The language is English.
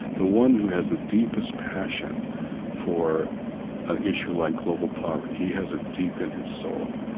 the one who has the deepest passion for an issue like global poverty. he has it deep in his soul.